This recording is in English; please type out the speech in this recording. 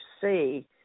see